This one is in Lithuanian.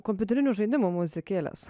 kompiuterinių žaidimų muzikėles